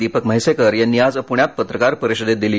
दीपक म्हैसेकर यांनी आज पुण्यात पत्रकार परिषदेत दिली